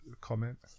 comment